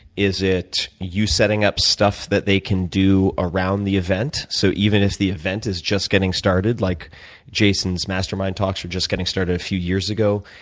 is it you setting up stuff that they can do around the event? so even if the event is just getting started, like jason's mastermind talks are just getting started a few years ago,